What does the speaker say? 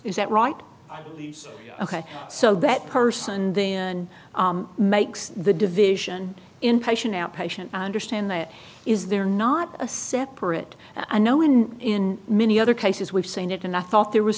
is that right ok so that person then makes the division inpatient outpatient i understand that is there not a separate i know in many other cases we've seen it and i thought there was